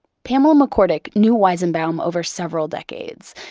pamela mccorduck knew weizenbaum over several decades.